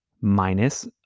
minus